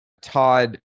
Todd